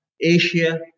Asia